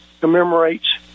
commemorates